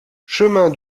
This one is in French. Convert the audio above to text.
chemin